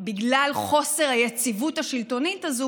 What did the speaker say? בגלל חוסר היציבות השלטונית הזאת,